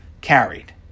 carried